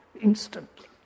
instantly